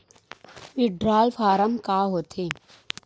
withdrawal form का होथेय